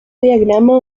diagrama